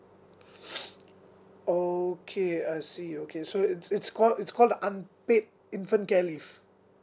okay I see okay so it's it's called it's called the unpaid infant care leave